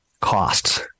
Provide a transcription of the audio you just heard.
costs